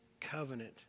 covenant